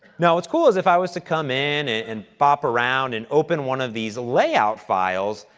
now, what's cool is, if i was to come in and bop around and open one of these layout files,